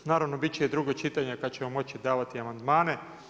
Naravno biti će i drugo čitanje kad ćemo moći davati amandmane.